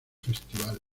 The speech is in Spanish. festival